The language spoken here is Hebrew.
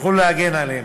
שיוכלו להגן עליהם.